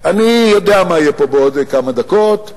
אני יודע מה יהיה פה בעוד כמה דקות.